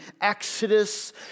exodus